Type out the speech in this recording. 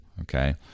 Okay